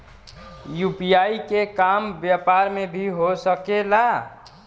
UPI के काम व्यापार में भी हो सके ला?